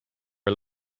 are